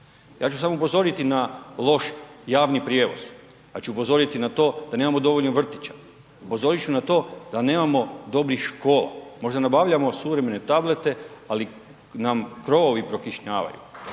Ja ću samo upozoriti na loš javni prijevoz, ja ću upozoriti na to da nemamo dovoljno vrtića, upozorit ću na to da nemamo dobrih škola. Možda nabavljamo suvremene tablete, ali nam krovovi prokišnjavaju.